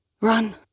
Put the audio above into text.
Run